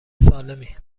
سالمی